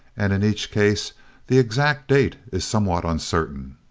and in each case the exact date is somewhat uncertain.